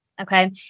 Okay